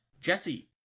Jesse